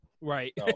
Right